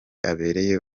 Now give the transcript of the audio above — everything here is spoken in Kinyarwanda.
abereye